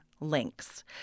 Links